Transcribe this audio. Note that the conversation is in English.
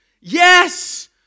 Yes